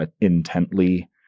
intently